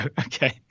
Okay